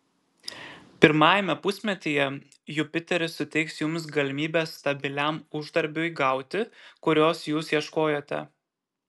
pirmajame pusmetyje jupiteris suteiks jums galimybę stabiliam uždarbiui gauti kurios jūs ieškojote